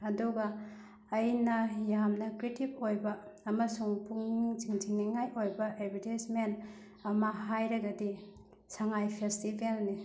ꯑꯗꯨꯒ ꯑꯩꯅ ꯌꯥꯝꯅ ꯀ꯭ꯔꯤꯌꯦꯇꯤꯞ ꯑꯣꯏꯕ ꯑꯃꯁꯨꯡ ꯄꯨꯛꯅꯤꯡ ꯆꯤꯟꯁꯤꯟꯅꯤꯡꯉꯥꯏ ꯑꯣꯏꯕ ꯑꯦꯕꯔꯇꯤꯁꯃꯦꯟ ꯑꯃ ꯍꯥꯏꯔꯒꯗꯤ ꯁꯉꯥꯏ ꯐꯦꯁꯇꯤꯕꯦꯜꯅꯤ